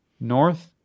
North